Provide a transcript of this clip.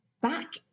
Back